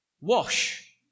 wash